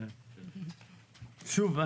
שוב,